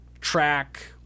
track